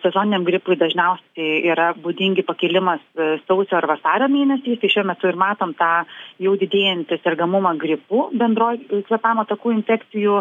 sezoniniam gripui dažniausiai yra būdingi pakilimas sausio ar vasario mėnesiais tai šiuo metu ir matom tą jau didėjantį sergamumą gripu bendroj kvėpavimo takų infekcijų